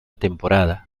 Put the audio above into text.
temporada